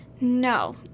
No